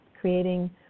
creating